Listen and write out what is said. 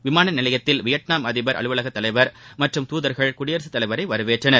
விமான நிலையத்தில் வியட்நாம் அதிபர் அலுவலக தலைவர் மற்றும் தூதர்கள் குடியரசுத் தலைவரை வரவேற்றனர்